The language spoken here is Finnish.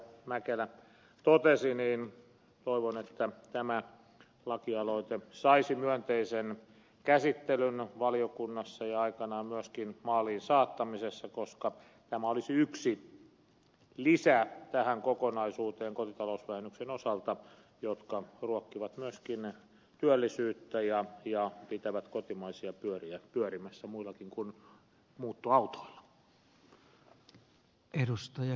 mäkelä totesi toivon että tämä lakialoite saisi myönteisen käsittelyn valiokunnassa ja aikanaan myöskin maaliin saattamisessa koska tämä olisi yksi lisä tähän kokonaisuuteen kotitalousvähennyksen osalta joka ruokkii myöskin työllisyyttä ja pitää kotimaisia pyöriä pyörimässä muillakin kuin muuttoautoilla